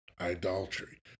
idolatry